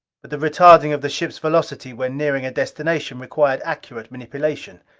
but the retarding of the ship's velocity when nearing a destination required accurate manipulation.